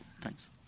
Thanks